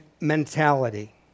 mentality